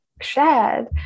shared